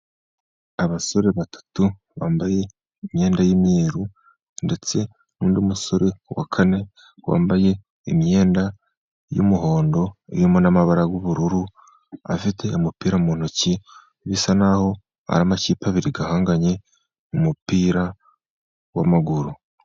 Abasore batatu bambaye imyenda y'umyeru, ndetse n'undi musore wa kane wambaye imyenda y'umuhondo irimo n'amabara y'ubururu. Afite umupira mu ntoki. Bisa n'aho hari amakipe abiri ahanganye mu mupira w'amaguru.